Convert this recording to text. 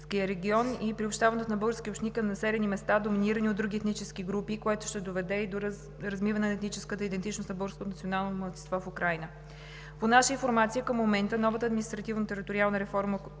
и приобщаването на български общини към населени места, доминирани от други етнически групи, което ще доведе и до размиване на етническата идентичност на българското национално малцинство в Украйна. По наша информация към момента новата административно-териториална реформа